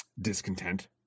discontent